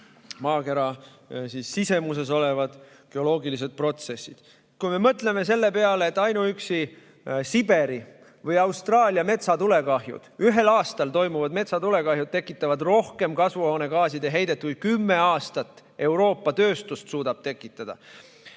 maakera sisemuses tekkivad geoloogilised protsessid. Kui me mõtleme selle peale, et ainuüksi Siberi või Austraalia metsatulekahjud, ühel aastal toimuvad metsatulekahjud tekitavad rohkem kasvuhoonegaaside heidet, kui kümme aastat Euroopa tööstust suudab tekitada,